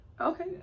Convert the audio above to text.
Okay